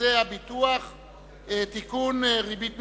חוזה הביטוח (תיקון, ריבית מיוחדת),